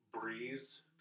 breeze